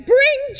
Bring